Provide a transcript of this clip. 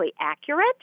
accurate